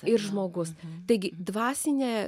ir žmogus taigi dvasinė